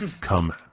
come